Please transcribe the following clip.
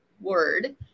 word